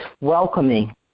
welcoming